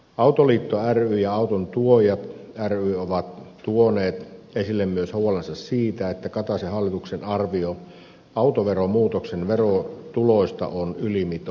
autoliitto ry ja autotuojat ry ovat tuoneet esille myös huolensa siitä että kataisen hallituksen arvio autoveromuutoksen verotuloista on ylimitoitettu